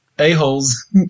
a-holes